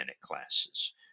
classes